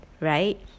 Right